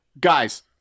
Guys